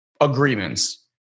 agreements